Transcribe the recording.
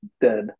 dead